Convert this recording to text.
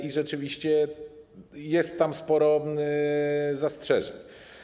I rzeczywiście jest tam sporo zastrzeżeń.